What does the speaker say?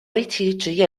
围棋